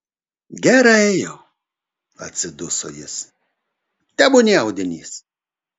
gerai jau atsiduso jis tebūnie audinys